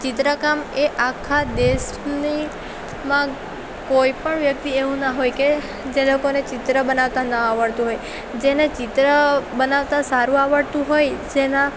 ચિત્રકામ એ આખા દેશને માં કોઈપણ વ્યક્તિ એવું ના હોય કે જે લોકોને ચિત્ર બનાવતા ના આવડતું હોય જેને ચિત્ર બનાવતા સારું આવડતું હોય જેના